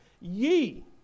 Ye